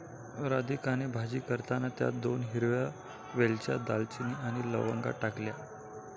राधिकाने भाजी करताना त्यात दोन हिरव्या वेलच्या, दालचिनी आणि लवंगा टाकल्या